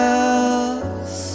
else